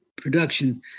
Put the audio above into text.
production